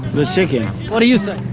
the chicken. what do you think?